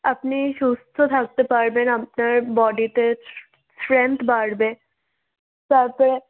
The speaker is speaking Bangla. আপনি সুস্থ থাকতে পারবেন আপনার বডিতে স্ট্রেংথ বাড়বে তারপরে